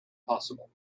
possible